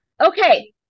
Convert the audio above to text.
Okay